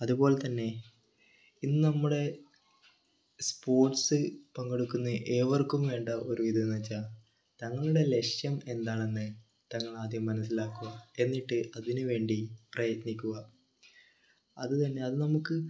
അതുപോലെ തന്നെ ഇന്ന് നമ്മുടെ സ്പോർട്സ് പങ്കെടുക്കുന്ന ഏവർക്കും വേണ്ട ഒരു ഇതെന്ന് വെച്ചാൽ തങ്ങളുടെ ലക്ഷ്യം എന്താണെന്ന് തങ്ങളാദ്യം മനസ്സിലാക്കുക എന്നിട്ട് അതിന് വേണ്ടി പ്രയത്നിക്കുക അത് തന്നെ അത് നമുക്ക്